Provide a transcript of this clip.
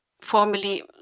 formerly